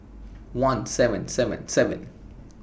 one seven seven seven